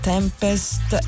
Tempest